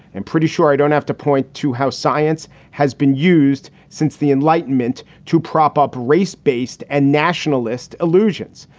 and pretty sure i don't have to point to how science has been used since the enlightenment to prop up race based and nationalist illusions.